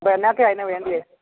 അപ്പോൾ എന്നതൊക്കെ അതിനു വേണ്ടിയത്